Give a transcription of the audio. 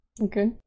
Okay